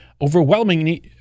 overwhelmingly